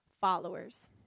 followers